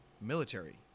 military